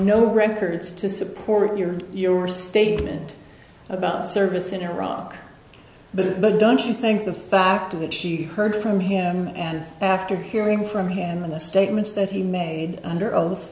no records to support your your statement about service in iraq but but don't you think the fact that she heard from him and after hearing from him the statements that he made under oath